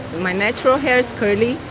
my natural hair is curly,